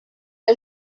del